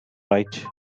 right